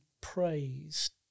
praised